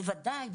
בוודאי.